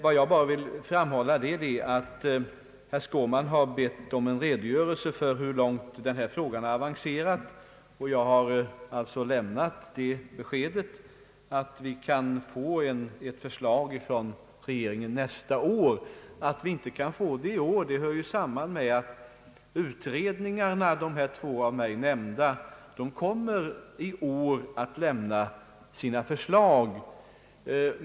Vad jag vill framhålla är att herr Skårman har bett om en redogörelse för hur långt denna fråga har avancerat, och jag har lämnat det beskedet att vi kan få ett förslag från regeringen nästa år. Att vi inte kan få det i år hör samman med att de två av mig nämnda utredningarna kommer att lämna sina förslag i år.